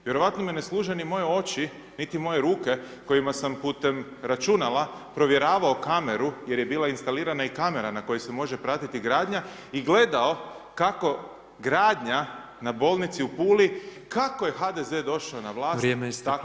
Vjerojatno me ne služe ni moje oči, niti moje ruke kojima sam putem računala provjeravao kameru jer je bila instalirana i kamera na kojoj se može pratiti gradnja, i gledao kako gradnja na bolnici u Puli, kako je HDZ došao na vlast, tako je i stala.